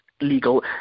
legal